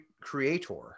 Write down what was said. creator